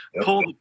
pull